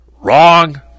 Wrong